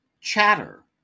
Chatter